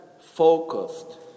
focused